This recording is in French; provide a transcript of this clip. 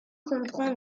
comprend